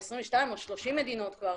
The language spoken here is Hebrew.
ב-22 או ב-30 מדינות כבר.